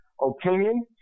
opinion